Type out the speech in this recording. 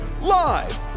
Live